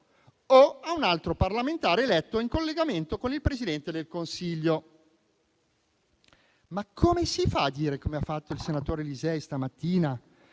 o a un altro parlamentare eletto in collegamento con il Presidente del Consiglio.». Come si fa a dire, come ha fatto il senatore Lisei stamattina,